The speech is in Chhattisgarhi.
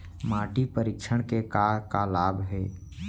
माटी परीक्षण के का का लाभ हे?